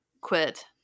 quit